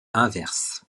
inverse